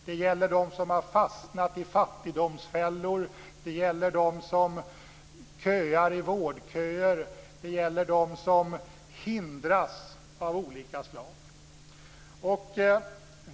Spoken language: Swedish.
Det gäller dem som har fastnat i fattigdomsfällor, dem som köar i vårdköer och dem som hindras på olika sätt.